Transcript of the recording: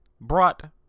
brought